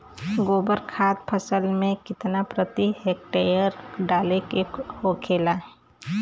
गोबर खाद फसल में कितना प्रति हेक्टेयर डाले के होखेला?